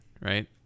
right